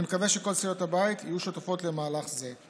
אני מקווה שכל סיעות הבית יהיו שותפות למהלך זה.